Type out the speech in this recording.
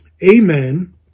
Amen